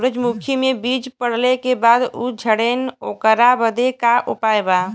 सुरजमुखी मे बीज पड़ले के बाद ऊ झंडेन ओकरा बदे का उपाय बा?